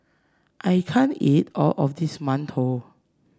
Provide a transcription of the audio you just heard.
I can't eat all of this mantou